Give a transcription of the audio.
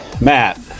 Matt